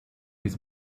his